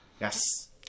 Yes